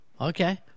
Okay